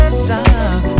stop